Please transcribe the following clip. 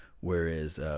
Whereas